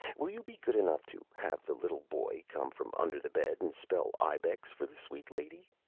will you be good enough to have the little boy come from under the bed, and spell ibex for the sweet lady?